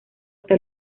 hasta